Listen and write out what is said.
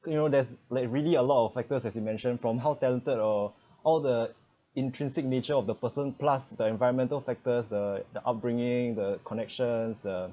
you know there's like really a lot of factors as you mentioned from how talented or all the intrinsic nature of the person plus the environmental factors the the upbringing the connections the